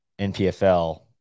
npfl